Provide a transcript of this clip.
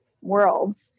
worlds